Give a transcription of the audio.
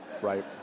Right